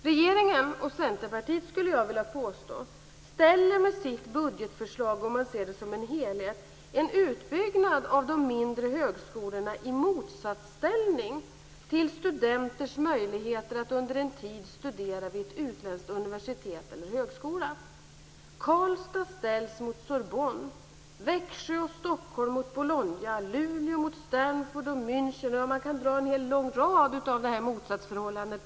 Jag skulle vilja påstå att regeringen och Centerpartiet med sitt budgetförslag, om man ser det som en helhet, ställer en utbyggnad av de mindre högskolorna i motsatsställning till studenters möjligheter att under en tid studera vid ett utländskt universitet eller en utländsk högskola. Karlstad ställs mot Sorbonne, Stanford och München. Man kan dra en hel lång rad av motsatsförhållanden.